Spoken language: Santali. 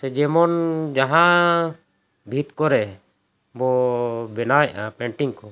ᱥᱮ ᱡᱮᱢᱚᱱ ᱡᱟᱦᱟᱸ ᱵᱷᱤᱛ ᱠᱚᱨᱮ ᱵᱚ ᱵᱮᱱᱟᱣᱮᱜᱼᱟ ᱯᱮᱱᱴᱤᱝ ᱠᱚ